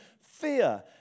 fear